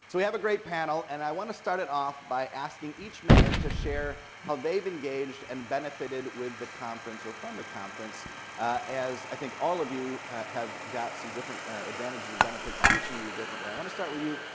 so we have a great panel, and i want to start it off by asking each mayor to share how they've engaged and benefited with the conference or from the conference as i think all of you have got some different advantages and benefits each in your different way. i wanna start with you,